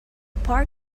park